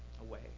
away